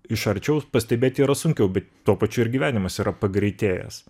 iš arčiau pastebėti yra sunkiau bet tuo pačiu ir gyvenimas yra pagreitėjęs